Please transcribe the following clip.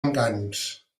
encants